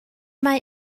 mae